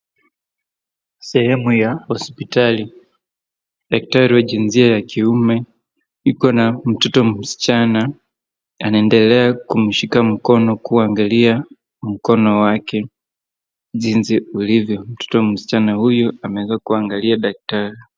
Sehemu ya hospitali. Daktari wa jinsia ya kiume yuko na mtoto msichana anaendelea kumshika mkono kuangalia mkono wake jinsi ulivyo. Mtoto msichana huyu ameweza kuangalia daktari.